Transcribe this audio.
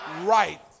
right